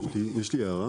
רני, אתה רוצה להעיר.